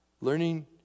Learning